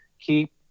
keep